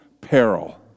peril